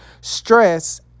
stress